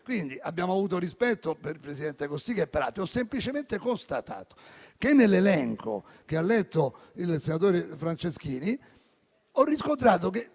Abbiamo avuto rispetto per il presidente Cossiga e per altri. Ho semplicemente constatato che, nell'elenco che ha letto il senatore Franceschini, non ho trovato alcune